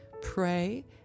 pray